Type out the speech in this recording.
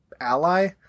ally